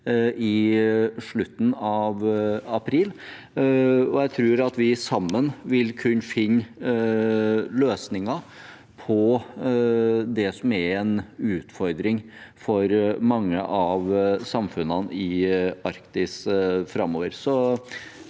i slutten av april. Jeg tror vi sammen vil kunne finne løsninger på det som er en utfordring for mange av samfunnene i Arktis framover.